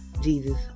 Jesus